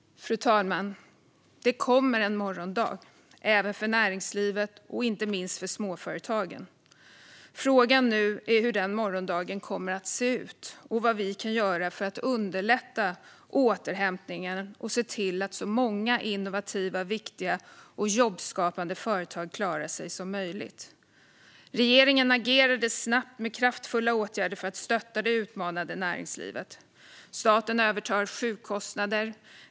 Fru talman! Det kommer en morgondag, även för näringslivet och inte minst småföretagen. Frågan är nu hur den morgondagen kommer att se ut och vad vi kan göra för att underlätta återhämtningen och se till att så många innovativa, viktiga och jobbskapande företag som möjligt klarar sig. Regeringen agerade snabbt med kraftfulla åtgärder för att stötta det utmanade näringslivet. Staten övertar sjukkostnader.